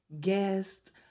guest